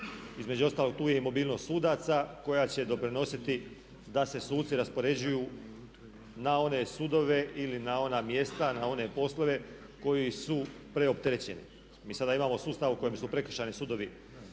Između ostalog tu je i mobilnost sudaca koja će doprinositi da se suci raspoređuju na one sudove ili na ona mjesta, na one poslove koji su preopterećeni. Mi sada imamo sustav u kojem su prekršajni sudovi